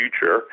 future